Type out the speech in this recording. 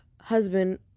husband